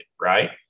right